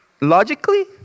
Logically